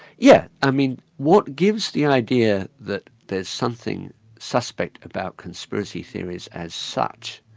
yeah i mean what gives the idea that there's something suspects about conspiracy theories, as such,